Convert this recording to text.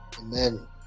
Amen